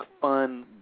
fun